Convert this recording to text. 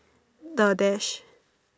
the dash